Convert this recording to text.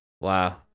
Wow